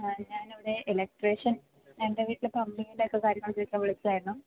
ഞാനിവിടെ ഇലെക്ട്രിഷ്യൻ എൻ്റെ വീട്ടിൽ പ്ലമ്പിങ്ങിൻ്റെ ഒക്കെ കാര്യത്തിനുവേണ്ടി വിളിച്ചതായിരുന്നു